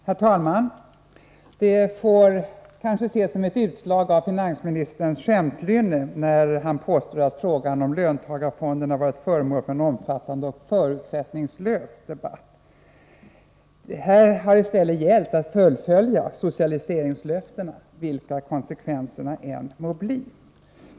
Herr talman! Det får kanske ses som ett utslag av finansministerns skämtlynne när han påstår att frågan om löntagarfonderna varit föremål för en omfattande och förutsättningslös debatt. Det har i stället gällt att fullfölja socialiseringslöftena, vilka konsekvenserna än må bli.